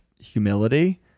humility